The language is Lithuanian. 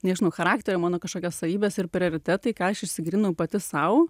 nežinau charakterio mano kažkokios savybės ir prioritetai ką aš išsigryninau pati sau